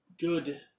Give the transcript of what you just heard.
good